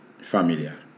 familiar